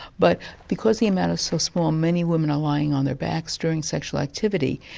but because the amount is so small, many women are lying on their backs during sexual activity,